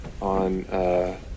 on